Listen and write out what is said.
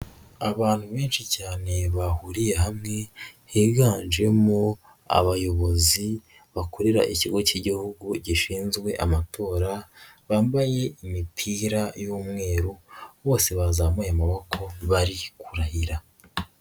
Abantu benshi cyane bahuriye hamwe higanjemo, abayobozi bakorera ikigo k'igihugu gishinzwe amatora, bambaye imipira y'umweru bose bazamuye amaboko bari kurahira.